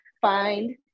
find